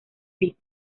pico